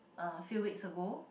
a few weeks ago